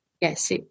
yes